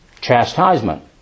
chastisement